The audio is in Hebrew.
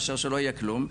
מאשר שלא יהיה כלום,